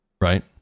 right